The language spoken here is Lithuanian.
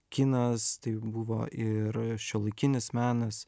kinas tai buvo ir šiuolaikinis menas